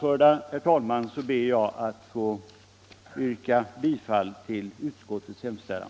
Med det anförda ber jag att få yrka bifall till utskottets hemställan.